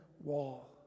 wall